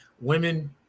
women